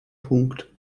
punkt